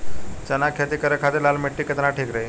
चना के खेती करे के खातिर लाल मिट्टी केतना ठीक रही?